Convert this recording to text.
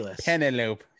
Penelope